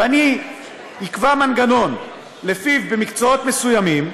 ואני אקבע מנגנון שלפיו במקצועות מסוימים,